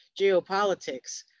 geopolitics